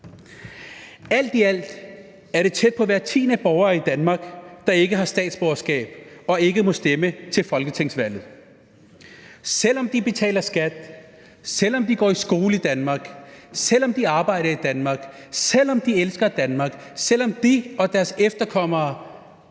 Alt i alt er det tæt på hver tiende borger i Danmark, der ikke har statsborgerskab og ikke må stemme til folketingsvalget, selv om de betaler skat, selv om de går i skole i Danmark, selv om de arbejder i Danmark, selv om de elsker Danmark, og selv om de og deres efterkommere